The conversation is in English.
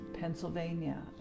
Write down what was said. Pennsylvania